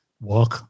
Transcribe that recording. work